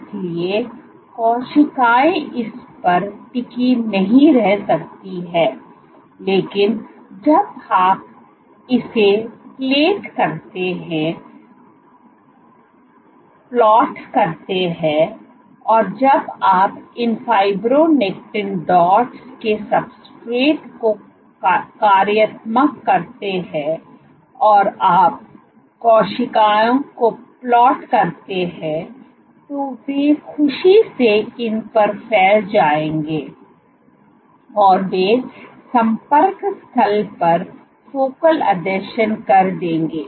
इसलिए कोशिकाएं इस पर टिकी नहीं रह सकती हैं लेकिन जब आप इसे प्लेट करते हैं और जब आप इन फाइब्रोनेक्टिन डॉट्स के सब्सट्रेट को कार्यात्मक करते हैं और आप कोशिकाओं को प्लेट करते हैं तो वे खुशी से इन पर फैल जाएंगे और वे संपर्क स्थल पर फोकल आसंजन कर देंगे